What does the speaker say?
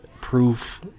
proof